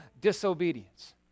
disobedience